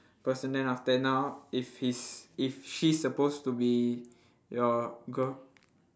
person then after now if he's if she's supposed to be your girl~